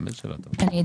שזה לא אישור